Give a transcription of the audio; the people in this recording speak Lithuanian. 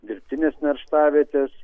dirbtinės nerštavietės